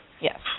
Yes